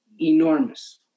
enormous